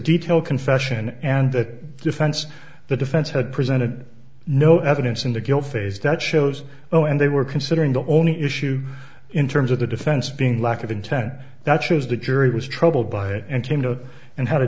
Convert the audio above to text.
detailed confession and that defense the defense had presented no evidence in the guilt phase that shows oh and they were considering the only issue in terms of the defense being lack of intent that shows the jury was troubled by it and